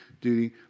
duty